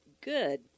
Good